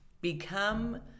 become